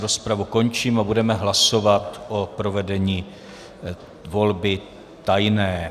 Rozpravu končím a budeme hlasovat o provedení volby tajné.